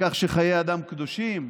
לכך שחיי אדם קדושים?